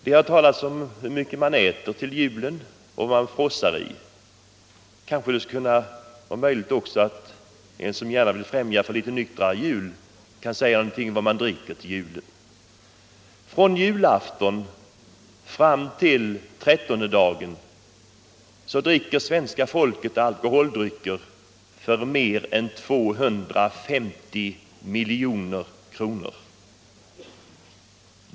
Det har talats om hur mycket man äter till julen och vad man frossar i. Kanske det skulle vara möjligt för dem som gärna vill främja en nyktrare jul att också få säga någonting om vad man dricker till julen. Från julafton fram till trettondedagen dricker svenska folket alkoholdrycker för mer än 250 miljoner kronor.